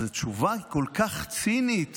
אז התשובה היא כל כך צינית.